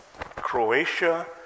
Croatia